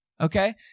Okay